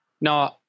no